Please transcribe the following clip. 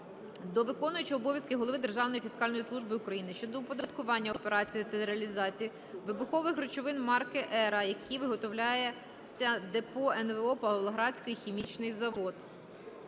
до виконуючого обов'язки голови Державної фіскальної служби України щодо оподаткування операцій та реалізації вибухових речовин марки "ЕРА", які виготовляються ДП "НВО" "Павлоградський хімічний завод".